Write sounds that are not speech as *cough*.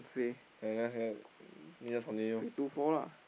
I just had *noise* you just continue